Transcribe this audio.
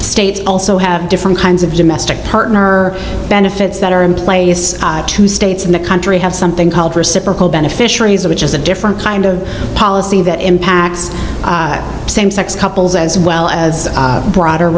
states also have different kinds of domestic partner benefits that are in place two states in the country have something called reciprocal beneficiaries which is a different kind of policy that impacts same sex couples as well as broader